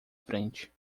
frente